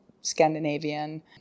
Scandinavian